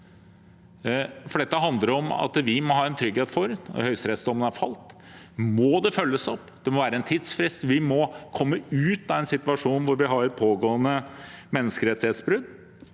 Dette handler om at vi må ha en trygghet for at når høyesterettsdommen er falt, må det følges opp. Det må være en tidsfrist. Vi må komme ut av en situasjon hvor vi har et pågående menneskerettighetsbrudd.